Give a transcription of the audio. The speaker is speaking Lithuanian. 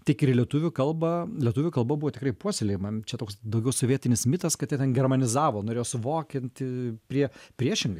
tiek ir į lietuvių kalbą lietuvių kalba buvo tikrai puoselėjama m čia toks daugiau sovietinis mitas kad jie ten germanizavo norėjo suvokinti prie priešingai